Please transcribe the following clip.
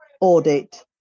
audit